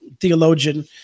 theologian